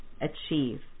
achieve